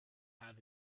have